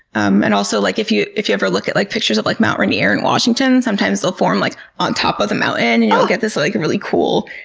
um and like if you if you ever look at like pictures of like mount rainier in washington, sometimes they'll form like on top of the mountain and you'll get this like and really cool,